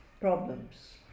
problems